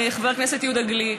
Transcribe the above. חבר הכנסת יהודה גליק,